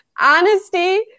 honesty